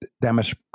damage